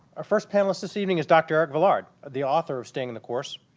our first panelist this evening is dr. erik villard the author of staying and the course.